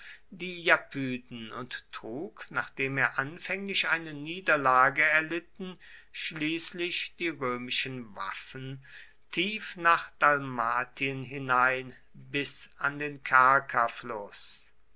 die japyden und trug nachdem er anfänglich eine niederlage erlitten schließlich die römischen waffen tief nach dalmatien hinein bis an den